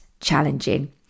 challenging